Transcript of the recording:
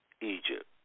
Egypt